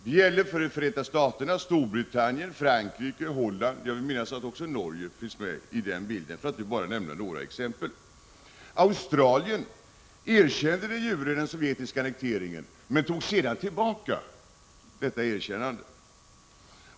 Det gäller Förenta Staterna, Storbritannien, Frankrike, Holland, och jag vill minnas att även Norge finns med i den bilden — för att nu bara nämna några exempel. Australien erkände de jure den sovjetiska annekteringen men tog sedan tillbaka detta erkännande.